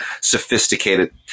sophisticated